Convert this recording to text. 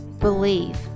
believe